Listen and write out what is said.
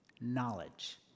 knowledge